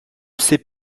sait